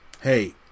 hey